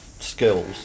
skills